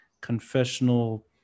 confessional